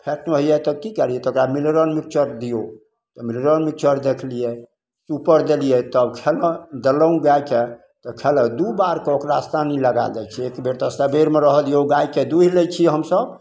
खाइक नहि होइए तऽ की करियै ओकरा मिर्लन मिक्चण दियौ तऽ मिर्लन मिक्चण देखलियै सुपर देलियै तब खेलक देलहुँ गायके तऽ खयलक दू बार कऽ ओकरा सानी लगा दै छी एक बेर तऽ सबेरमे रहऽ दियौ गायके दुहि लै छी हमसब